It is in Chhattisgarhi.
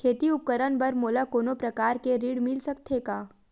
खेती उपकरण बर मोला कोनो प्रकार के ऋण मिल सकथे का?